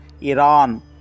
Iran